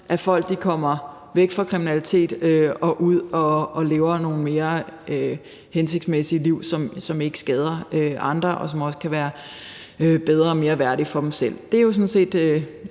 at folk kommer væk fra kriminalitet og ud og lever nogle hensigtsmæssige liv, som ikke skader andre, og som også kan være bedre og mere værdige for dem selv.